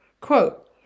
quote